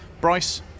Bryce